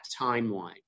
timeline